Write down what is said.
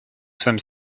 sommes